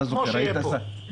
כמו שיהיה פה.